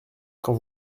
quand